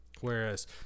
whereas